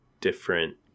different